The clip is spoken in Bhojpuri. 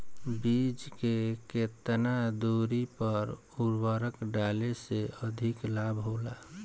बीज के केतना दूरी पर उर्वरक डाले से अधिक लाभ होला?